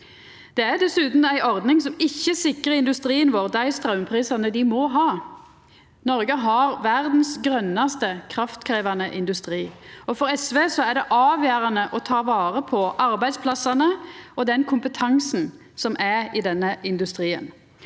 Det er dessutan ei ordning som ikkje sikrar industrien vår dei straumprisane dei må ha. Noreg har verdas grønaste kraftkrevjande industri, og for SV er det avgjerande å ta vare på arbeidsplassane og den kompetansen som er i denne industrien.